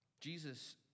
Jesus